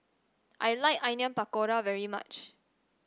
I like Onion Pakora very much